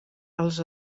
els